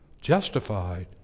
justified